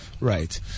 Right